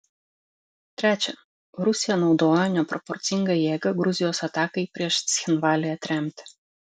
trečia rusija naudojo neproporcingą jėgą gruzijos atakai prieš cchinvalį atremti